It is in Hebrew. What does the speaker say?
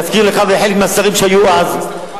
להזכיר לך ולחלק מהשרים שהיו אז,